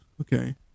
Okay